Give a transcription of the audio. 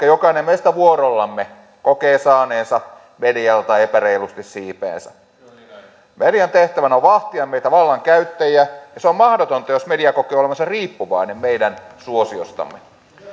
jokainen meistä vuorollamme kokee saaneensa medialta epäreilusti siipeensä median tehtävänä on vahtia meitä vallankäyttäjiä se on mahdotonta jos media kokee olevansa riippuvainen meidän suosiostamme